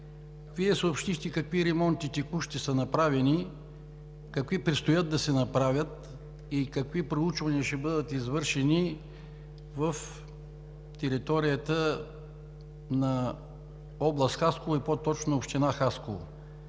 Вие съобщихте какви текущи ремонти са направени, какви предстоят да се направят и какви проучвания ще бъдат извършени на територията на област Хасково, и по-точно община Хасково.